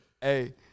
hey